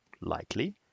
Likely